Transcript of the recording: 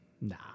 Nah